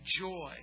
joy